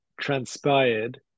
transpired